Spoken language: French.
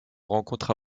rencontre